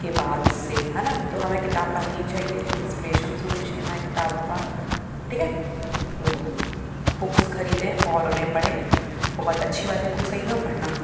के बाद से है ना तो हमें किताब पढ़नी चाहिए इंस्पिरेशन्स होने चाहिए हमारी किताबों का ठीक है तो बुक्स खरीदें और उन्हें पढ़ें बहुत अच्छे वाले बुक्स ख़रीदना और पढ़ना